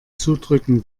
zudrücken